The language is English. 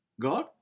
God